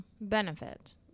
benefit